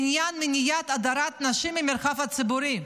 בעניין מניעת הדרת נשים מהמרחב הציבורי,